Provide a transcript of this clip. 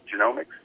genomics